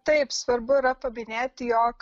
taip svarbu yra paminėti